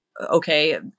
okay